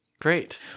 Great